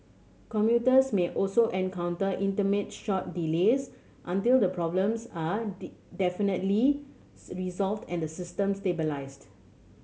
commuters may also encounter intermittent short delays until the problems are definitively resolved and the system stabilised